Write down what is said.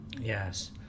Yes